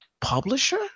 publisher